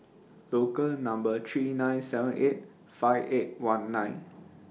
Local Number three nine seven eight five eight one nine